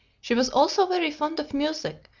she was also very fond of music,